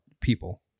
people